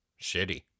Shitty